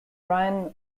brian